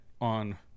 on